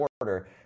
order